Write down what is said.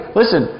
listen